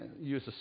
use